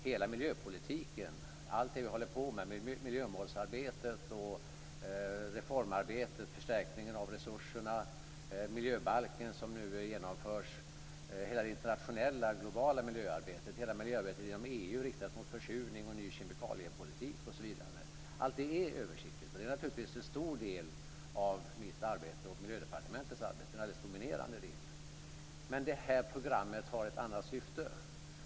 Hela miljöpolitiken, allt det vi håller på med - miljömålsarbetet, reformarbetet, förstärkningen av resurserna, miljöbalken som nu genomförs, hela det internationella globala miljöarbetet, hela miljöarbetet inom EU riktat mot försurning och ny kemikaliepolitik osv. - allting är översiktligt. Det är naturligtvis en stor del, en alldeles dominerande del, av mitt och Miljödepartementets arbete. Men det här programmet har ett annat syfte.